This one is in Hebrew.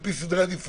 על פי סדרי עדיפויות,